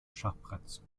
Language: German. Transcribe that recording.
schachbretts